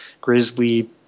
grizzly